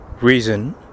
reason